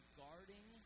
guarding